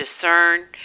discern